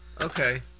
Okay